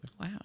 Wow